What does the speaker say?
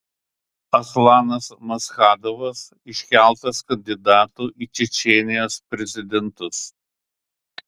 aslanas maschadovas iškeltas kandidatu į čečėnijos prezidentus